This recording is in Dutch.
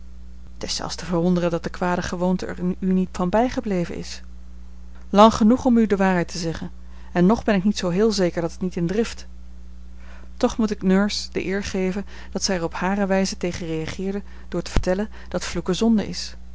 is zelfs te verwonderen dat de kwade gewoonte er u niet van bijgebleven is lang genoeg om u de waarheid te zeggen en nog ben ik niet zoo heel zeker dat niet in drift toch moet ik nurse de eer geven dat zij er op hare wijze tegen reageerde door te vertellen dat vloeken zonde is